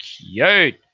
cute